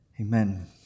Amen